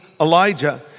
Elijah